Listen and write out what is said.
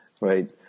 right